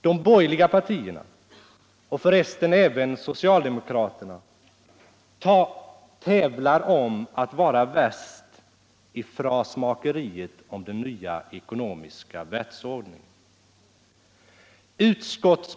De borgerliga partierna — och för resten även socialdemokraterna — tävlar om att vara värst i frasmakeriet om den nya ekonomiska världsordningen.